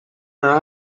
and